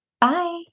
Bye